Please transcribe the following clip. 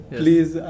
please